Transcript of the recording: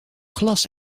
glas